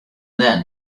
then